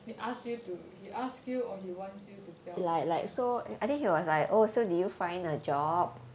he ask you to he ask you or he wants you to tell him